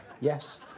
Yes